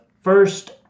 first